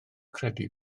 credu